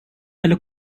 eller